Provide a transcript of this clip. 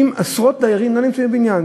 עשרות דיירים לא נמצאים בבניין.